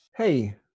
Hey